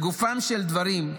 לגופם של דברים,